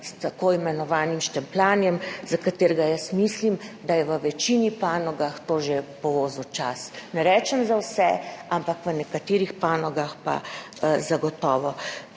s tako imenovanim štempljanjem, za katerega jaz mislim, da ga je v večini panogah že povozil čas. Ne rečem za vse, ampak v nekaterih panogah pa zagotovo.